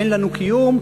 אין לנו קיום,